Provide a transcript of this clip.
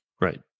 Right